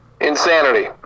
Insanity